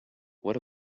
what